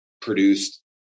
produced